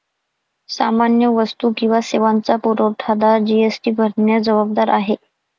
सामान्य वस्तू किंवा सेवांचा पुरवठादार जी.एस.टी भरण्यास जबाबदार आहे